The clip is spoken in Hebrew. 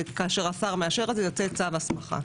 וכאשר השר מאשר את זה יוצא צו הסמכה.